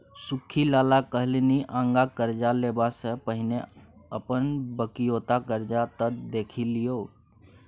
सुख्खी लाला कहलनि आँगा करजा लेबासँ पहिने अपन बकिऔता करजा त देखि लियौ